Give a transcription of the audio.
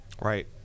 right